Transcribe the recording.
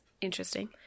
Interesting